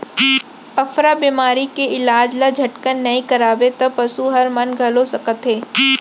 अफरा बेमारी के इलाज ल झटकन नइ करवाबे त पसू हर मन घलौ सकत हे